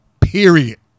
period